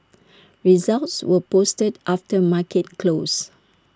results were posted after market close